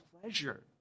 pleasure